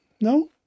No